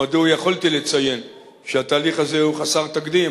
מדוע יכולתי לציין שהתהליך הזה הוא חסר תקדים.